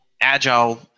agile